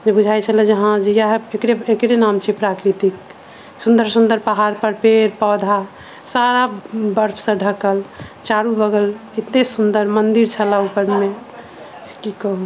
जे बुझाइ छलय जे हँ आब एकरे नाम छै प्राकृतिक सुन्दर सुन्दर पहाड़ पर पेड़ पौधा सारा बर्फ से ढकल चारू बगल एते सुन्दर मंदिर छलय ऊपर मे की कहू